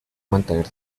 mantener